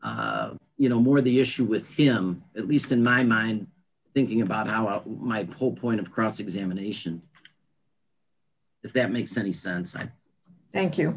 you know more the issue with him at least in my mind thinking about how well my whole point of cross examination if that makes any sense i thank you